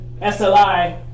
SLI